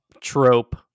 trope